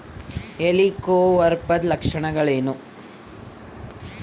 ಹೆಲಿಕೋವರ್ಪದ ಲಕ್ಷಣಗಳೇನು?